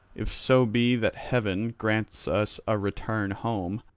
if so be that heaven grants us a return home.